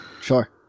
Sure